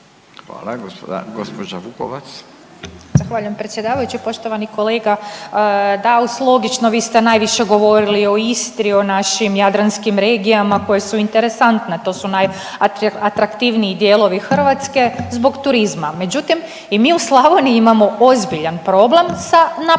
Ružica (Nezavisni)** Zahvaljujem predsjedavajući, poštovani kolega Daus. Logično, vi ste najviše govorili o Istri, a našim jadranskim regijama koje su interesantna, to su najatraktivniji dijelovi Hrvatske zbog turizma. Međutim, i mi u Slavoniji imamo ozbiljan problem sa napuštenim